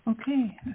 okay